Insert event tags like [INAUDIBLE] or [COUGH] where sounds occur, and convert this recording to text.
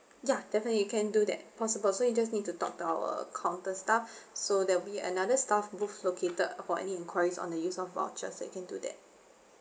ya definitely you can do that possible so you just need to talk to our counter staff [BREATH] so there'll be another staff booth located for any inquiries on the use of vouchers that can do that